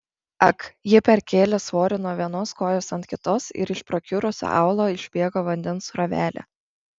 ak ji perkėlė svorį nuo vienos kojos ant kitos ir iš prakiurusio aulo išbėgo vandens srovelė